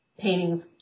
Paintings